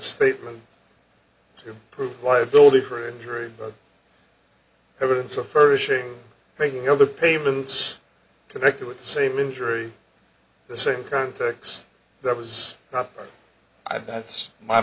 statement to prove why ability for injury but evidence of furnishing making other payments connected with the same injury the same context that was not i that's my